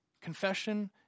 Confession